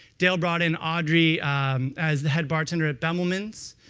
dale brought in audrey as the head bartender at bemelmans.